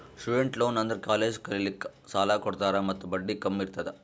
student loan ಅಂದುರ್ college ಕಲಿಲ್ಲಾಕ್ಕ್ ಸಾಲ ಕೊಡ್ತಾರ ಮತ್ತ ಬಡ್ಡಿ ಕಮ್ ಇರ್ತುದ್